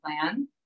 plan